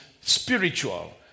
spiritual